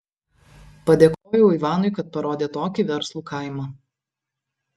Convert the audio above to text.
padėkojau ivanui kad parodė tokį verslų kaimą